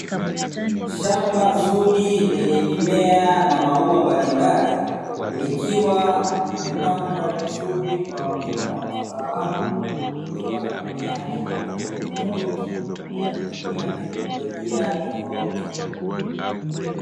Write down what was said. Shamba zuri lenye mimea na maua mbalimbali likiwa limepangwa vizuri kwa mfumo wa kitaalamu likiwa na mimea aina tofautitofauti na ikitumia teknolojia tofauti.